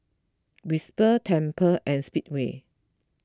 Whisper Tempur and Speedway